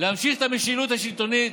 להמשיך את המשילות השלטונית,